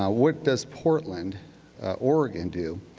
what does portland oregon do?